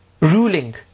ruling